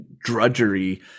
drudgery